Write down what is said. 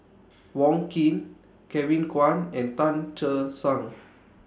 Wong Keen Kevin Kwan and Tan Che Sang